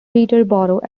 peterborough